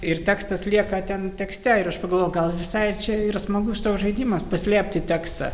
ir tekstas lieka ten tekste ir aš pagalvoju gal visai čia yra smagus žaidimas paslėpti tekstą